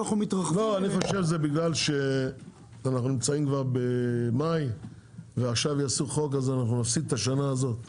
אני חושב שזה כי אנו כבר במאי ויעשו חוק אז נפסיד את השנה הזו.